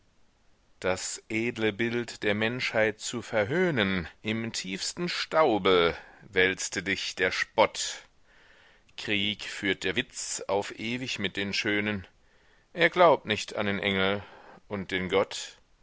das edle bild der menschheit zu verhöhnen im tiefsten staube wälzte dich der spott krieg führt der witz auf ewig mit den schönen er glaubt nicht an den engel und den gott